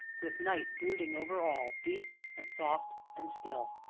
with night brooding over all, deep and soft and still.